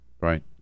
Right